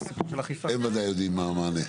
הם בוודאי יודעים מה המענה.